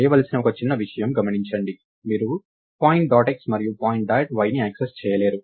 మీరు చేయవలసిన ఒక చిన్న విషయం గమనించండి మీరు పాయింట్ డాట్ x మరియు పాయింట్ డాట్ వైని యాక్సెస్ చేయలేరు